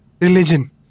religion